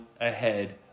ahead